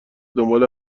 دنبال